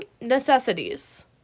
necessities